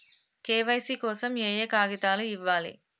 KYC కోసం ఏయే కాగితాలు ఇవ్వాలి?